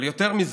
אבל יותר מזה,